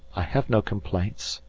i have no complaints.